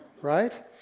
right